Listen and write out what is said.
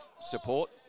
support